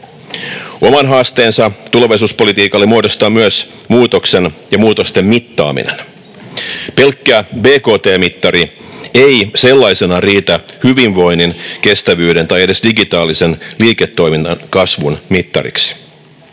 Oman haasteensa tulevaisuuspolitiikalle muodostaa myös muutoksen ja muutosten mittaaminen. Pelkkä bkt-mittari ei sellaisenaan riitä hyvinvoinnin, kestävyyden tai edes digitaalisen liiketoiminnan kasvun mittariksi.